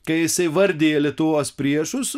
kai jisai vardija lietuvos priešus